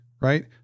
right